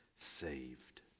Saved